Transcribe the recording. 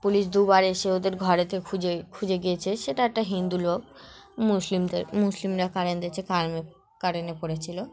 police দুবার ওদের ঘরেতে খুঁজে খুঁজে গিয়েছে সেটা একটা হিন্দু লোক মুসলিমদের মুসলিমরা কারেন্ট দিয়েছে কারে কারেন্টে পড়েছিলো